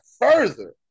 further